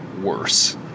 worse